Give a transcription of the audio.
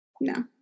No